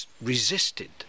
resisted